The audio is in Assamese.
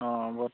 অঁ ব